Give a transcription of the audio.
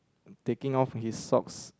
taking off his socks